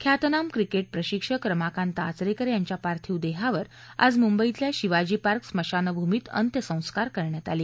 ख्यातनाम क्रिकेट प्रशिक्षक रमाकांत आचरेकर यांच्या पार्थिव देहावर आज मुंबईतलया शिवाजी पार्क स्मशानभूमीत अंत्यसंस्कार करण्यात आले